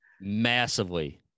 massively